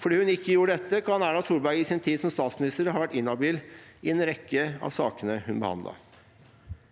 Fordi hun ikke gjorde dette, kan Erna Solberg i sin tid som statsminister ha vært inhabil i en rekke av sakene hun behandlet.